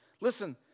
Listen